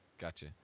Gotcha